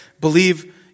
believe